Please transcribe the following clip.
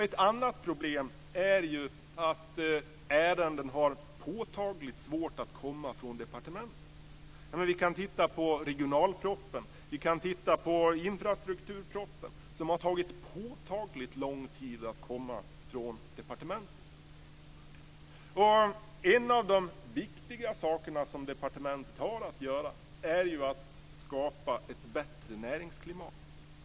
Ett annat problem är att det är påtagligt svårt för ärenden att komma från departementet. Se bara på regionalpropositionen eller på infrastrukturpropositionen - det tog påtagligt lång tid att komma från departementet! En av de viktiga saker som departementet har att göra är att skapa ett bättre näringsklimat.